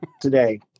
today